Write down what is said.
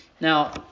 Now